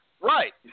Right